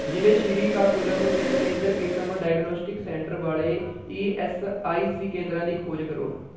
ਜ਼ਿਲ੍ਹੇ ਸ਼੍ਰੀਕਾਕੁਲਮ ਵਿੱਚ ਕੇਂਦਰ ਕਿਸਮ ਡਾਇਗਨੌਸਟਿਕ ਸੈਂਟਰ ਵਾਲ਼ੇ ਈ ਐੱਸ ਆਈ ਸੀ ਕੇਂਦਰਾਂ ਦੀ ਖੋਜ ਕਰੋ